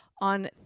on